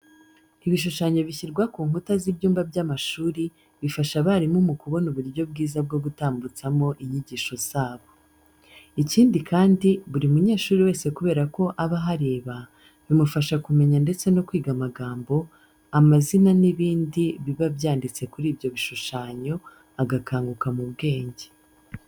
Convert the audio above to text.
Ibishushanyo bishyirwa ku nkuta z'ibyumba by'amashuri zifasha abarimu mu kubona uburyo bwiza bwo gutambutsamo inyigisho zabo. Ikindi kandi buri munyeshuri wese kubera ko aba ahareba bimufasha kumenya ndetse no kwiga amagambo, amazina n'ibindi biba byanditse kuri ibyo bishushanyo, agakanguka mu bwenge.